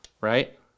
right